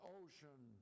ocean